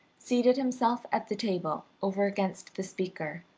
seated himself at the table over against the speaker,